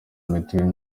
mituweri